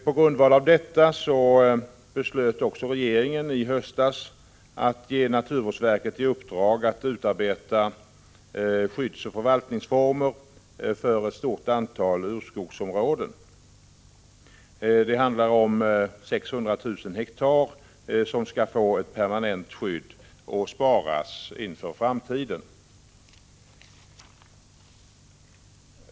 På grundval av detta beslöt regeringen i höstas att ge naturvårdsverket i uppdrag att utarbeta skyddsoch förvaltningsformer för ett stort antal urskogsområden. Det handlar om 600 000 hektar som skall få ett permanent skydd och sparas inför framtiden.